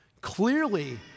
Clearly